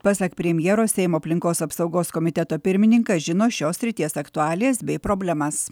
pasak premjero seimo aplinkos apsaugos komiteto pirmininkas žino šios srities aktualijas bei problemas